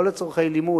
לא לצורכי לימוד,